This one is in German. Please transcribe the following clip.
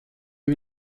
wir